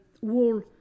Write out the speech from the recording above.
wall